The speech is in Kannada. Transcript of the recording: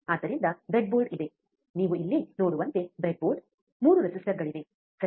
ಆದ್ದರಿಂದ ಬ್ರೆಡ್ಬೋರ್ಡ್ ಇದೆ ನೀವು ಇಲ್ಲಿ ನೋಡುವಂತೆ ಬ್ರೆಡ್ಬೋರ್ಡ್ 3 ರೆಸಿಸ್ಟರ್ಗಳಿವೆ ಸರಿ